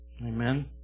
Amen